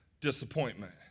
Disappointment